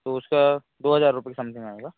तो उसका दो हज़ार रुपये समथिन्ग आएगा